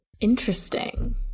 interesting